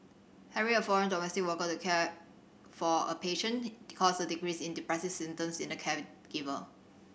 having a foreign domestic worker to care for a patient caused a decrease in depressive symptoms in the caregiver